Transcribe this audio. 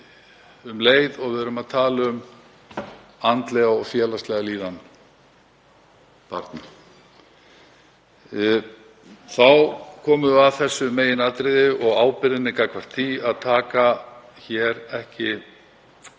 um leið og við tölum um andlega og félagslega líðan barna. Þá komum við að meginatriðinu og ábyrgðinni gagnvart því að taka ekki